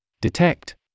Detect